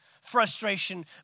frustration